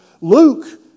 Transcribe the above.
Luke